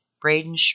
Braden